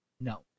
No